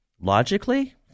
Logically